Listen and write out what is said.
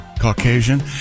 Caucasian